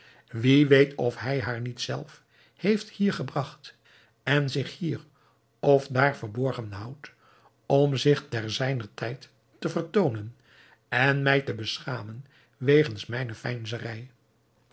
wie weet of hij haar niet zelf heeft hier gebragt en zich hier of daar verborgen houdt om zich ter zijner tijd te vertoonen en mij te beschamen wegens mijne